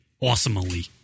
Awesomely